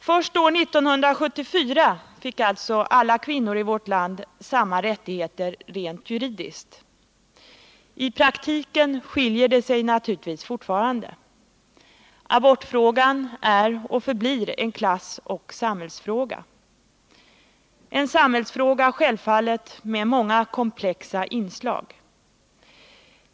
Först 1974 fick alltså alla kvinnor i vårt land samma rättigheter rent juridiskt. I praktiken skiljer det sig naturligtvis fortfarande. Abortfrågan är och förblir en klassoch samhällsfråga, självfallet en samhällsfråga med många komplexa inslag.